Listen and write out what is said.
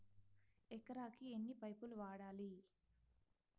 ఎకరాకి ఎన్ని పైపులు వాడాలి?